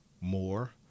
more